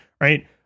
Right